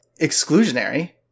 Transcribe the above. exclusionary